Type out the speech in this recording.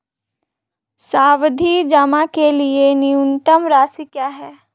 सावधि जमा के लिए न्यूनतम राशि क्या है?